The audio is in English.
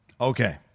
Okay